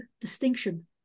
distinction